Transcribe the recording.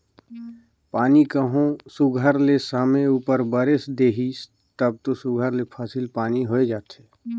पानी कहों सुग्घर ले समे उपर बरेस देहिस तब दो सुघर ले फसिल पानी होए जाथे